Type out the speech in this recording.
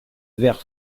vert